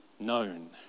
Known